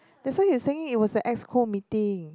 that's why you're saying it was a Exco meeting